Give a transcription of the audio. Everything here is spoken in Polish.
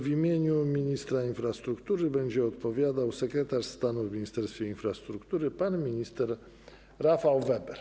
W imieniu ministra infrastruktury będzie odpowiadał sekretarz stanu w Ministerstwie Infrastruktury pan minister Rafał Weber.